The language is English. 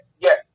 yes